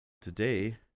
today